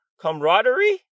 camaraderie